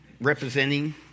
representing